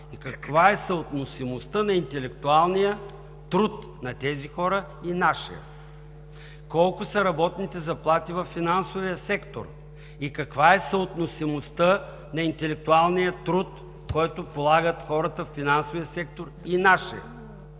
и каква е съотносимостта на интелектуалния труд на тези хора и нашия; колко са работните заплати във финансовия сектор и каква е съотносимостта на интелектуалния труд, който полагат хората във финансовия сектор и нашия;